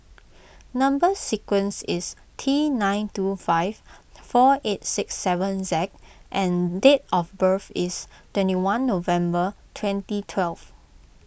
Number Sequence is T nine two five four eight six seven Z and date of birth is twenty one November twenty twelve